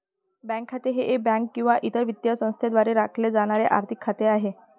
bank खाते हे bank किंवा इतर वित्तीय संस्थेद्वारे राखले जाणारे आर्थिक खाते आहे